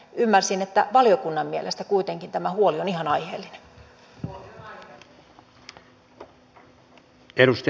ymmärsin että valiokunnan mielestä kuitenkin tämä huoli on ihan aiheellinen